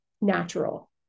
natural